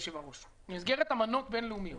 יושב-הראש אמנות בינלאומיות,